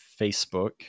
Facebook